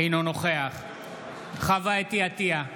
אינו נוכח חוה אתי עטייה,